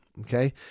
okay